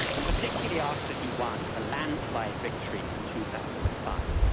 and particularly after he won a landslide victory in two thousand and five.